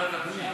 ועדת הפנים.